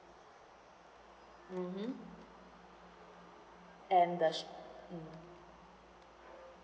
mmhmm and the s~ mm